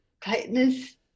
tightness